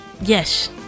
Yes